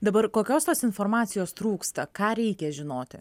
dabar kokios tos informacijos trūksta ką reikia žinoti